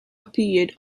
appeared